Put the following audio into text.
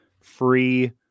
free